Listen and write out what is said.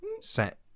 set